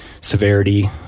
severity